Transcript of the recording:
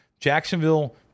Jacksonville